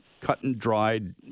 cut-and-dried